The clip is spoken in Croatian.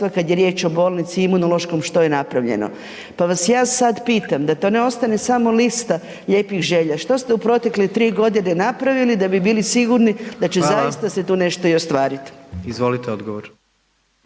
kad je riječ o bolnici i imunološkom što je napravljeno. Pa vas ja sad pitam, da to ne ostane samo lista lijepih želja, što ste u protekle 3 godine napravili da bi bili sigurni da će zaista …/Upadica: Hvala./… se tu nešto i ostvariti? **Jandroković,